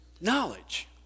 knowledge